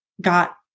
got